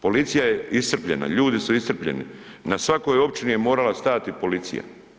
Policija je iscrpljena, ljudi su iscrpljeni, na svakoj općini je morala stati policija.